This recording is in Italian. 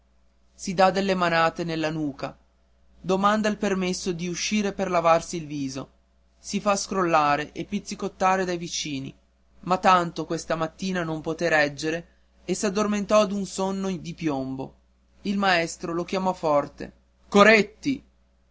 si dà delle manate nella nuca domanda il permesso d'uscire per lavarsi il viso si fa scrollare e pizzicottare dai vicini ma tanto questa mattina non poté reggere e s'addormentò d'un sonno di piombo il maestro lo chiamò forte coretti